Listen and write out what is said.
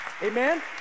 Amen